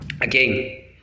again